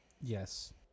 yes